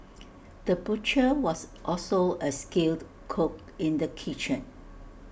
the butcher was also A skilled cook in the kitchen